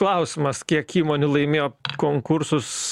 klausimas kiek įmonių laimėjo konkursus